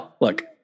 look